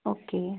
okay